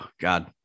God